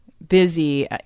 busy